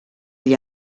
gli